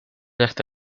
hasta